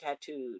tattooed